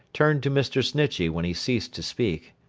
turned to mr. snitchey when he ceased to speak,